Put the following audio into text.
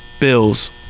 Bills